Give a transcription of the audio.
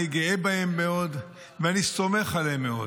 אני גאה בהם מאוד, ואני סומך עליהם מאוד.